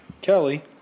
Kelly